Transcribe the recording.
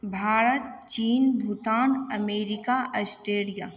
भारत चीन Bhutan America Australia